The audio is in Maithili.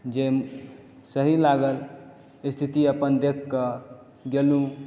जे सही लागल स्थिति अपन देखकऽ गेलूँ